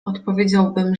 odpowiedziałbym